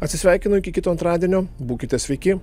atsisveikinu iki kito antradienio būkite sveiki